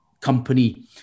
company